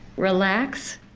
relax.